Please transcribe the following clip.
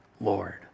Lord